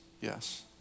yes